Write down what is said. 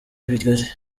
bigari